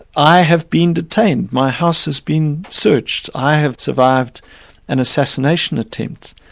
i have been detained, my house has been searched, i have survived an assassination attempt.